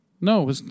No